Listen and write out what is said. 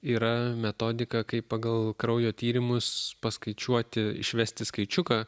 yra metodika kaip pagal kraujo tyrimus paskaičiuoti išvesti skaičiuką